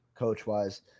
Coach-wise